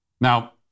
Now